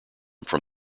from